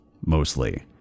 mostly